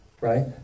right